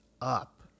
up